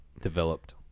developed